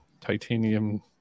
titanium